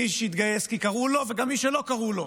מי שהתגייס כי קראו לו וגם מי שלא קראו לו,